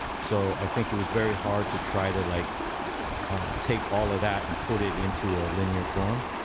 so i think it was very hard to try to like ah take all of that and put it into a linear form.